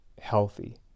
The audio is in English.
healthy